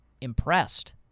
impressed